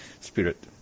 Spirit